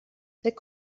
فکر